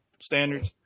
standards